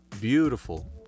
beautiful